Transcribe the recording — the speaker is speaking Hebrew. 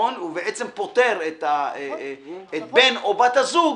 והוא בעצם פוטר את בן או בת הזוג